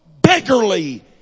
beggarly